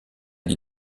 die